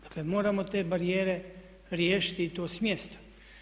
Dakle, moramo te barijere riješiti i to smjesta.